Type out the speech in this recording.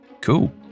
Cool